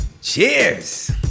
Cheers